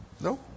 No